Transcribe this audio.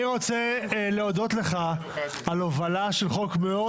אני רוצה להודות לך על הובלה של חוק מאוד